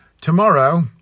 Tomorrow